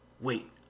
Wait